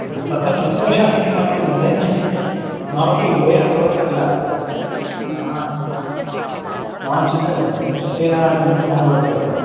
हा तत्र सन्तोषः किम् अस्ति महोदय ममपि व्ययः भवति किल ह भवान् चिन्तयतु विंशतेन किमपि न भवति अत्र